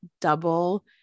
double